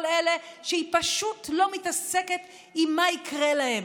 אלה שהיא פשוט לא מתעסקת עם מה שיקרה להם.